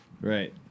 Right